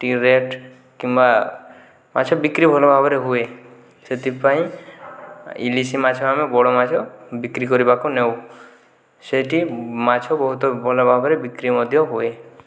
rate କିମ୍ବା ମାଛ ବିକ୍ରି ଭଲଭାବରେ ହୁଏ ସେଥିପାଇଁ ଇଲିଶି ମାଛ ଆମେ ବଡ଼ ମାଛ ବିକ୍ରି କରିବାକୁ ନେଉ ସେଇଟି ମାଛ ବହୁତ ଭଲଭାବରେ ବିକ୍ରି ମଧ୍ୟ ହୁଏ